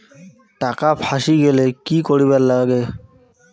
টাকা ফাঁসি গেলে কি করিবার লাগে?